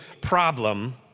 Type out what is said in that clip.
problem